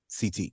CT